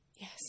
Yes